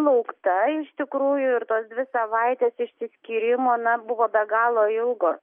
laukta iš tikrųjų ir tos dvi savaitės išsiskyrimo na buvo be galo ilgos